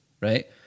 right